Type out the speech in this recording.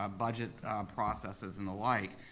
ah budget processes and the like,